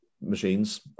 machines